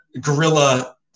guerrilla